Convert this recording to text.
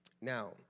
now